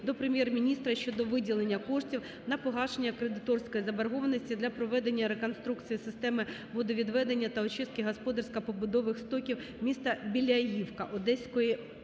до Прем'єр-міністра щодо виділення коштів на погашення кредиторської заборгованості для проведення реконструкції системи водовідведення та очистки господарсько-побутових стоків міста Біляївка Одеської області.